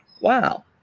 wow